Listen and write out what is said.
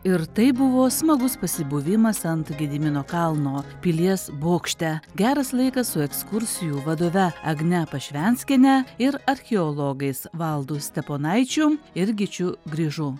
ir tai buvo smagus pasibuvimas ant gedimino kalno pilies bokšte geras laikas su ekskursijų vadove agne pašvenskiene ir archeologais valdo steponaičio ir gyčiu grižu